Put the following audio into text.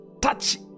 touch